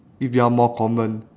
if they are more common